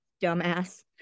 dumbass